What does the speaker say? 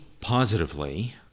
positively